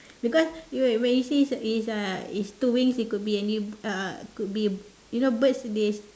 because you uh when you say it is a it is two wings it could be any uh could be you know birds they